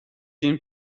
den